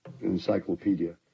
encyclopedia